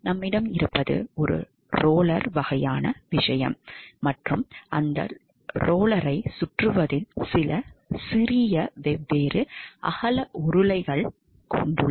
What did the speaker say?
நம்மிடம் இருப்பது ஒரு ரோலர் வகையான விஷயம் மற்றும் அந்த ரோலரை சுழற்றுவதில் சில சிறிய வெவ்வேறு அகல உருளைகள் உள்ளன